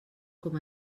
com